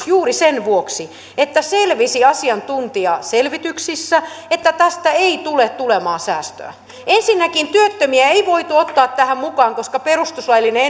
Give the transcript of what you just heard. juuri sen vuoksi että selvisi asiantuntijaselvityksissä että tästä ei tule tulemaan säästöä ensinnäkin työttömiä ei voitu ottaa tähän mukaan koska perustuslaillinen